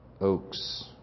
oaks